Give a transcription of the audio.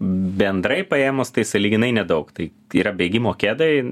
bendrai paėmus tai sąlyginai nedaug tai yra bėgimo kedai